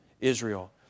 Israel